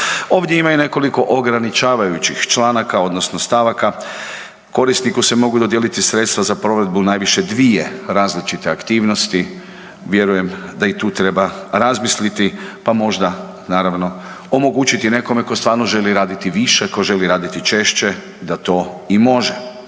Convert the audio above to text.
Ovdje ima i nekoliko ograničavajućih članaka odnosno stavaka. Korisniku se mogu dodijeliti sredstva za provedbu najviše dvije različite aktivnosti, vjerujem da i tu treba razmisliti, pa možda, naravno, omogućiti nekome tko stvarno želi raditi više, tko želi raditi češće da to i može.